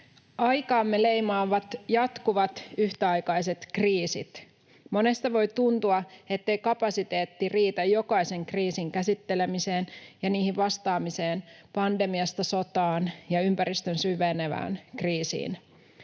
Aikaamme leimaavat jatkuvat yhtäaikaiset kriisit. Monesta voi tuntua, ettei kapasiteetti riitä jokaisen kriisin käsittelemiseen ja niihin vastaamiseen — pandemiasta sotaan ja ympäristön syvenevään kriisiin.